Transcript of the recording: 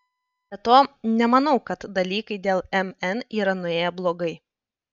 be to nemanau kad dalykai dėl mn yra nuėję blogai